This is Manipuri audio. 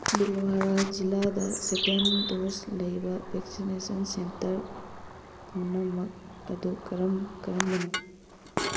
ꯚꯤꯜꯋꯥꯔꯥ ꯖꯤꯂꯥꯗ ꯁꯦꯀꯦꯟ ꯗꯣꯁ ꯂꯩꯕ ꯚꯦꯛꯁꯤꯟꯅꯦꯁꯟ ꯁꯦꯟꯇꯔ ꯄꯨꯝꯅꯃꯛ ꯑꯗꯨ ꯀꯔꯝ ꯀꯔꯝꯕꯅꯣ